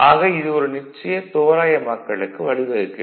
ஆக இது ஒரு நிச்சய தோராயமாக்கலுக்கு வழிவகுக்கிறது